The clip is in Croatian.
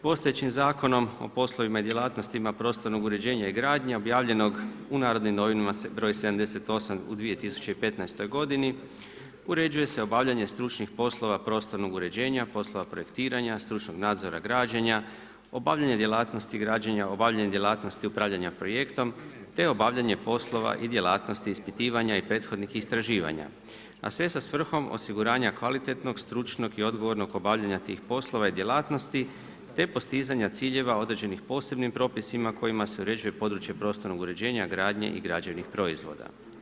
Postojećim zakonom o poslovima i djelatnostima prostornog uređenja i gradnje objavljenog u NN broj 78 u 2015. godini uređuje se obavljanje stručnih poslova prostornog uređenja, poslova projektiranja, stručnog nadzora građenja, obavljanje djelatnosti građenja, obavljanje djelatnosti upravljanja projektom te obavljanje poslova i djelatnosti ispitivanja i prethodnih istraživanja, a sve sa svrhom osiguranja kvalitetnog stručnog i odgovornog obavljanja tih poslova i djelatnosti te postizanja ciljeva određenih posebnih propisima kojima se uređuje područje prostornog uređenja, gradnje i građevnih proizvoda.